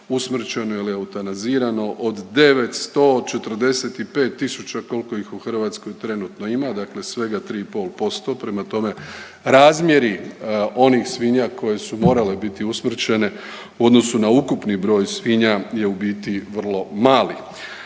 usmrćeno ili eutanazirano od 945 000 koliko ih u Hrvatskoj trenutno ima. Dakle, svega 3 i pol posto. Prema tome, razmjeri onih svinja koje su morale biti usmrćene u odnosu na ukupni broj svinja je u biti vrlo mali.